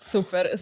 Super